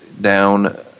down